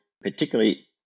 particularly